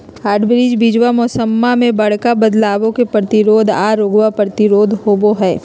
hybrid बीजावा मौसम्मा मे बडका बदलाबो के प्रतिरोधी आ रोगबो प्रतिरोधी होबो हई